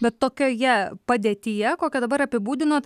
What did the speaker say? bet tokioje padėtyje kokią dabar apibūdinot